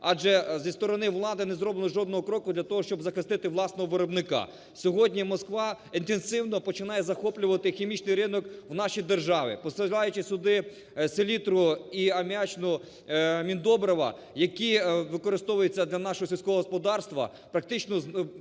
адже зі сторони влади не зроблено жодного кроку для того, щоб захистити власного виробника. Сьогодні Москва інтенсивно починає захоплювати хімічний ринок в нашій державі, посилаючи сюди селітру і аміачні міндобрива, які використовуються для нашого сільського господарства, практично